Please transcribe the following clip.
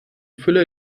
fülle